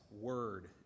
word